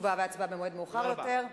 תשובה והצבעה במועד מאוחר יותר.